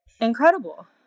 Incredible